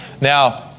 Now